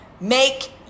Make